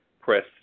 Press